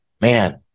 Man